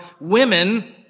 women